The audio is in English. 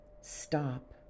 stop